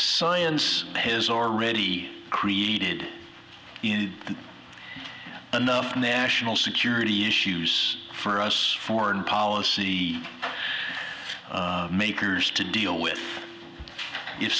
science has already created in enough national security issues for us foreign policy makers to deal with i